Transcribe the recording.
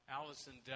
Allison